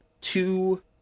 two